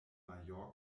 mallorca